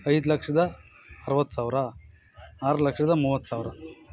ಐದು ಲಕ್ಷದ ಅರವತ್ತು ಸಾವಿರ ಆರು ಲಕ್ಷದ ಮೂವತ್ತು ಸಾವಿರ